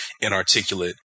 inarticulate